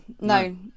No